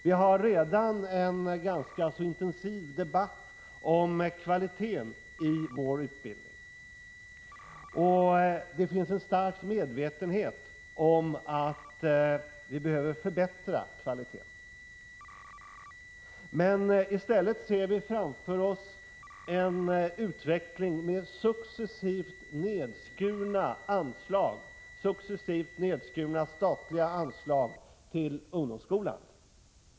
Vi har redan en ganska intensiv debatt om kvaliteten i vår utbildning, och det finns en stark medvetenhet om att vi behöver förbättra kvaliteten. Men i stället ser vi framför oss en utveckling med successivt nedskurna statliga anslag till ungdomsskolan.